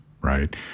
right